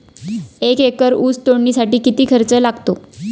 एक एकर ऊस तोडणीसाठी किती खर्च येतो?